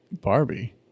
Barbie